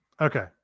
Okay